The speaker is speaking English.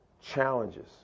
challenges